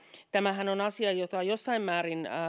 tämähän on asia joka jossain määrin